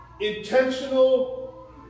intentional